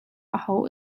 aho